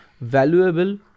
valuable